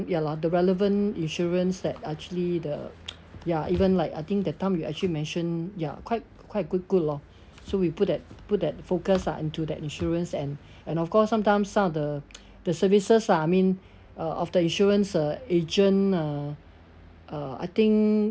ya lor the relevant insurance that actually the ya even like I think the time you actually mention ya quite quite good good lor so we put that put that focus ah into that insurance and and of course sometime some of the the services lah I mean uh of the insurance uh agent uh uh I think